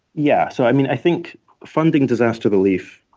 yeah. so i mean, i think funding disaster relief,